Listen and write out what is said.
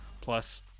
plus